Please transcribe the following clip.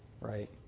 right